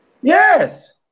Yes